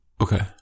Okay